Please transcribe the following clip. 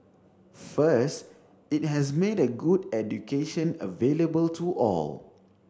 first it has made a good education available to all